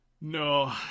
No